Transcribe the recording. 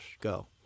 go